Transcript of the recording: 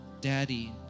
Daddy